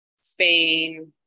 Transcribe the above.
Spain